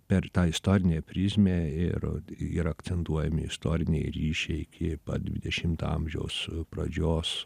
per tą istorinę prizmę ir ir akcentuojami istoriniai ryšiai iki pat dvidešimto amžiaus pradžios